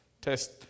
test